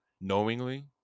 knowingly